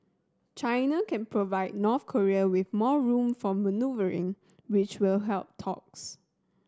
China can provide North Korea with more room for manoeuvring which will help talks